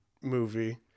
movie